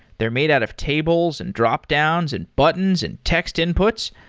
they're made out of tables, and dropdowns, and buttons, and text inputs.